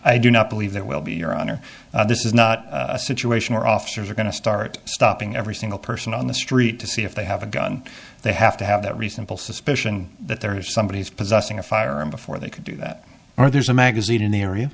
i do not believe that will be your honor this is not a situation where officers are going to start stopping every single person on the street to see if they have a gun they have to have that reasonable suspicion that there is somebody is possessing a firearm before they could do that or there's a magazine in the area